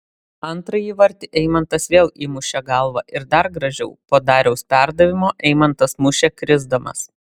antrą įvartį eimantas vėl įmušė galva ir dar gražiau po dariaus perdavimo eimantas mušė krisdamas